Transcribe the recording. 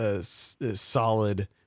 solid